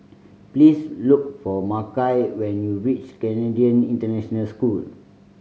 please look for Makai when you reach Canadian International School